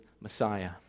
Messiah